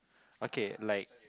okay like